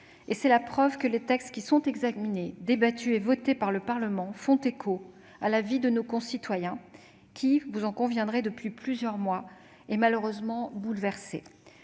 C'est la preuve que les textes qui sont examinés, débattus et votés par le Parlement font écho à la vie de nos concitoyens, qui, vous en conviendrez, est malheureusement bouleversée